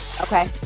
okay